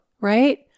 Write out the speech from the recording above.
Right